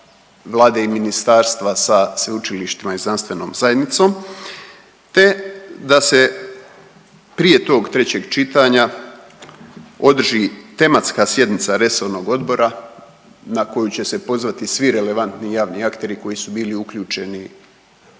Vlade i ministarstva sa sveučilištima i znanstvenom zajednicom, te da se prije tog trećeg čitanja održi tematska sjednica resornog odbora na koju će se pozvati svi relevantni javni akteri koji su bili uključeni